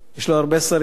יש להעביר להרבה שרים.